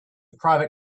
private